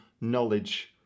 knowledge